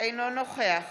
אינו נוכח